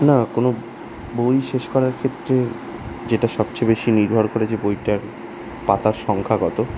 না কোনো বই শেষ করার ক্ষেত্রে যেটা সবচেয়ে বেশি নির্ভর করে যে বইটার পাতার সংখ্যা কত